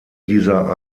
dieser